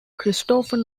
christopher